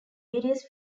various